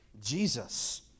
Jesus